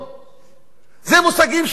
אלה מושגים שכבר חלפו מהעולם,